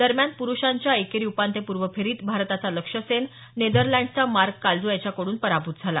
दरम्यान पुरुषांच्या एकेरी उपांत्यपूर्व फेरीत भारताचा लक्ष्य सेन नेदरलँड्सचा मार्क काल्जो याच्याकडून पराभूत झाला